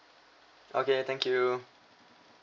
okay thank you